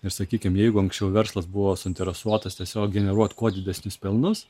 ir sakykim jeigu anksčiau verslas buvo suinteresuotas tiesiog generuot kuo didesnius pelnus